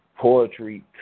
Poetry